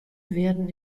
werden